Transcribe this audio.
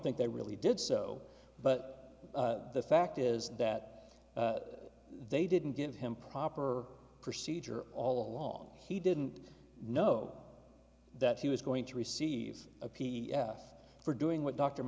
think they really did so but the fact is that they didn't give him proper procedure all along he didn't know that he was going to receive a p s for doing what dr